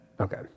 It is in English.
Okay